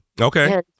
Okay